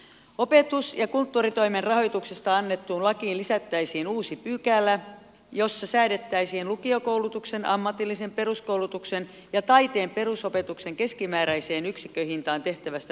opetus ja kulttuuritoimen rahoituksesta annettuun lakiin lisättäisiin uusi pykälä jossa säädettäisiin lukiokoulutuksen ammatillisen peruskoulutuksen ja taiteen perusopetuksen keskimääräiseen yksikköhintaan tehtävästä vähennyksestä